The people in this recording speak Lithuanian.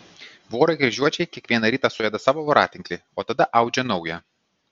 vorai kryžiuočiai kiekvieną rytą suėda savo voratinklį o tada audžia naują